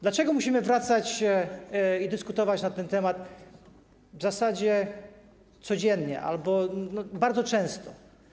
Dlaczego musimy wracać do tego i dyskutować na ten temat w zasadzie codziennie albo bardzo często?